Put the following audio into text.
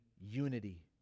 unity